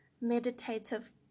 meditative